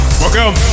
welcome